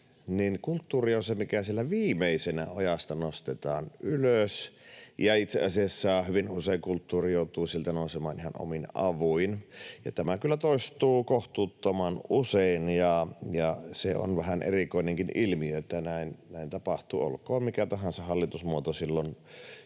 niin kulttuuri on se, mikä sieltä viimeisenä ojasta nostetaan ylös, ja itse asiassa hyvin usein kulttuuri joutuu sieltä nousemaan ihan omin avuin. Tämä kyllä toistuu kohtuuttoman usein, ja se on vähän erikoinenkin ilmiö, että näin tapahtuu, olkoon mikä tahansa hallitusmuoto silloin